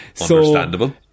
Understandable